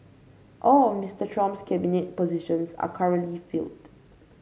all of Mister Trump's cabinet positions are currently filled